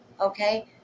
Okay